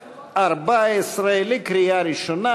התשע"ד 2014, קריאה ראשונה.